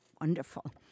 wonderful